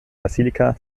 basilika